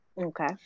Okay